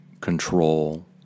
control